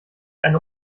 eine